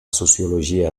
sociologia